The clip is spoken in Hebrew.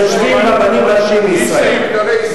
יושבים רבנים ראשיים בישראל.